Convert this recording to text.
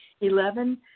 Eleven